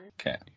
Okay